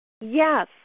Yes